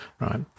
right